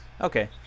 Okay